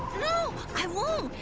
no, i won't.